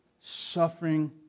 suffering